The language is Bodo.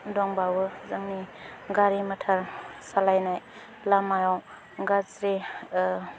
दंबावो जोंनि गारि मथर सालायनाय लामायाव गाज्रि